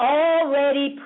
already